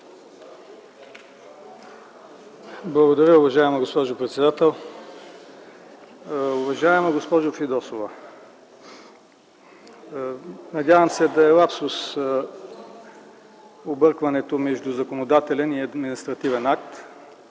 Благодаря, уважаема госпожо председател. Уважаема госпожо Фидосова, надявам се да е лапсус объркването между законодателен и административен акт,